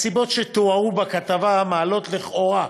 הנסיבות שתוארו בכתבה מעלות, לכאורה,